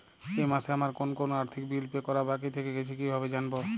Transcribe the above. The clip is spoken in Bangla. এই মাসে আমার কোন কোন আর্থিক বিল পে করা বাকী থেকে গেছে কীভাবে জানব?